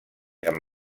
amb